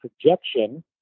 projection